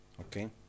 Okay